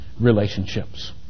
relationships